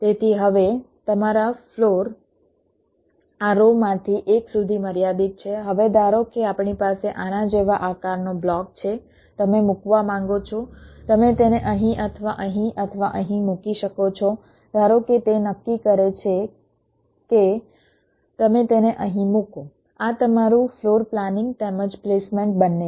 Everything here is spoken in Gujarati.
તેથી હવે તમારા ફ્લોર આ રો માંથી એક સુધી મર્યાદિત છે હવે ધારો કે આપણી પાસે આના જેવા આકારનો બ્લોક છે તમે મૂકવા માંગો છો તમે તેને અહીં અથવા અહીં અથવા અહીં મૂકી શકો છો ધારો કે તે નક્કી કરે છે કે તમે તેને અહીં મૂકો આ તમારું ફ્લોર પ્લાનિંગ તેમજ પ્લેસમેન્ટ બંને છે